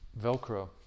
velcro